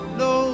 no